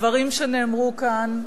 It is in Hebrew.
הדברים שנאמרו כאן,